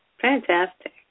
Fantastic